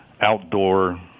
outdoor